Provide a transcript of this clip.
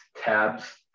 tabs